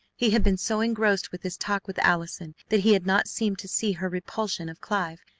he had been so engrossed with his talk with allison that he had not seemed to see her repulsion of clive,